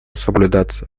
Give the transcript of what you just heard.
соблюдаться